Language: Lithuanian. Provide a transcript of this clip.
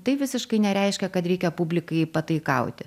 tai visiškai nereiškia kad reikia publikai pataikauti